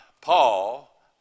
Paul